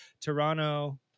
Toronto